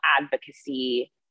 advocacy